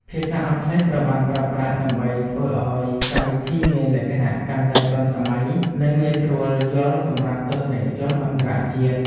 ភាសាអង់គ្លេសត្រូវបានប្រើប្រាស់ដើម្បីធ្វើឱ្យកម្មវិធីមានលក្ខណៈកាន់តែទាន់សម័យ និងងាយស្រួលយល់សម្រាប់ទស្សនិកជនអន្តរជាតិ។